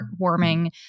heartwarming